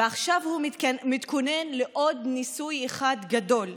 ועכשיו הוא מתכונן לעוד ניסוי אחד גדול.